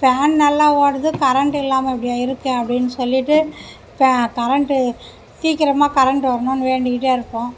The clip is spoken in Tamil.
ஃபேன் நல்லா ஓடுது கரண்ட் இல்லாமல் இப்படி இருக்கே அப்படின்னு சொல்லிவிட்டு இப்போ கரண்ட்டு சீக்கிரமாக கரண்ட்டு வரணும்னு வேண்டிக்கிட்டே இருப்போம்